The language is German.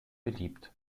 beliebt